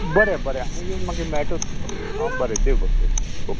बरें बरें हांव येवन मागीर मेळटा तुमका आं बरें देव बरें करूं ओके